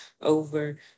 over